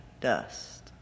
dust